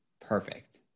Perfect